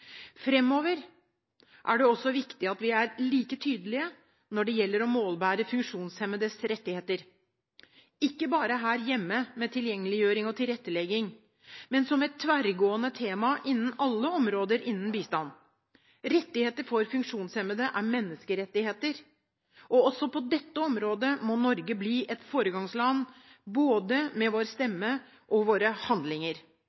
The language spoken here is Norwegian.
Fremover er det også viktig at vi er like tydelige når det gjelder å målbære funksjonshemmedes rettigheter – ikke bare her hjemme med tilgjengeliggjøring og tilrettelegging, men som et tverrgående tema på alle områder innenfor bistand. Rettigheter for funksjonshemmede er menneskerettigheter. Også på dette området må Norge bli et foregangsland, både med våre stemmer og med våre handlinger.